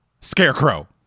Scarecrow